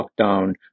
lockdown